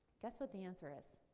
guess what the answer is.